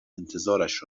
انتظارش